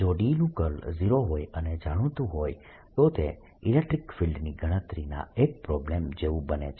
જો D નું curl 0 હોય અને જાણીતું હોય તો તે ઇલેક્ટ્રીક ફિલ્ડની ગણતરીના એક પ્રોબ્લમ જેવું બને છે